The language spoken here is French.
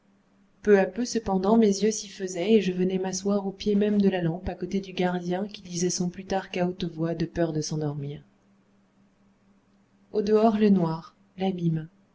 peu à peu cependant mes yeux s'y faisaient et je venais m'asseoir au pied même de la lampe à côté du gardien qui lisait son plutarque à haute voix de peur de s'endormir au dehors le noir l'abîme